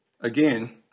again